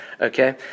okay